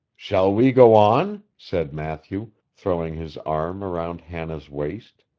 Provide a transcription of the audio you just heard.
shall we go on said matthew, throwing his arm round hannah's waist,